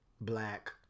Black